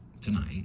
tonight